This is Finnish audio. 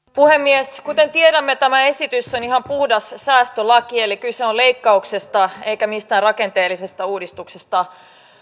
puhemies kuten tiedämme tämä esitys on ihan puhdas säästölaki eli kyse on leikkauksesta eikä mistään rakenteellisesta uudistuksesta